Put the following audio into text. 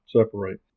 Separate